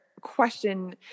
question